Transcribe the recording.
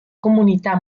comunità